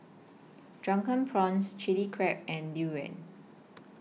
Drunken Prawns Chili Crab and Durian